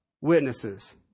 witnesses